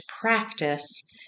practice